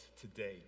today